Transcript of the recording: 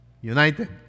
united